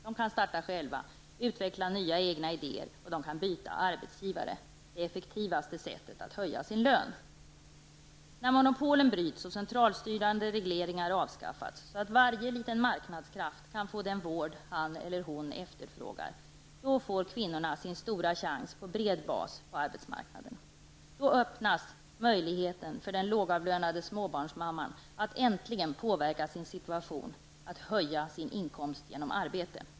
De kan starta själva, utveckla nya egna idéer och de kan byta arbetsgivare -- det effektivaste sättet att höja sin lön. När monopolen bryts och centralstyrande regleringar avskaffats, så att varje liten marknadskraft kan få den vård han eller hon efterfrågar, då får kvinnorna sin stora chans på bred bas på arbetsmarknaden. Då öppnas möjligheten för den lågavlönade småbarnsmamman att äntligen påverka sin situation, att höja sin inkomst genom arbete.